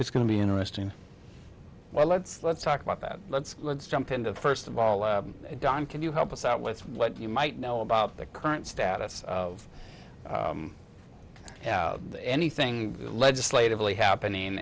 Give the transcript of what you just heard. it's going to be interesting well let's let's talk about that let's let's jump into first of all don can you help us out with what you might know about the current status of the anything legislatively happening